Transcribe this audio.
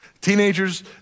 Teenagers